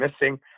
missing